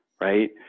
right